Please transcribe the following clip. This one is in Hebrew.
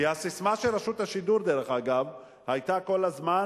כי הססמה של רשות השידור, דרך אגב, היתה כל הזמן